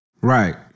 Right